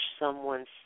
someone's